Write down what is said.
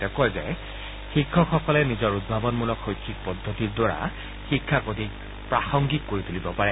তেওঁ কয় যে শিক্ষকসকলে নিজৰ উদ্ভাৱণমূলক শৈক্ষিক পদ্ধতিৰ দ্বাৰা শিক্ষা অধিক প্ৰাসংগিক কৰি তুলিব পাৰে